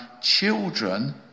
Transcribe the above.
children